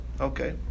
okay